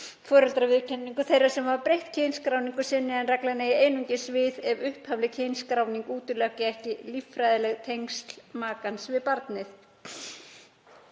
foreldraviðurkenningu þeirra sem hafa breytt kynskráningu sinni en reglan eigi einungis við ef upphafleg kynskráning útiloki ekki líffræðileg tengsl makans við barnið.